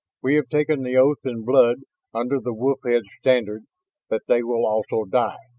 we have taken the oath in blood under the wolf head standard that they will also die,